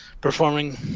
performing